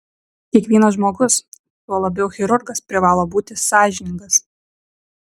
kiekvienas žmogus tuo labiau chirurgas privalo būti sąžiningas